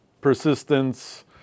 persistence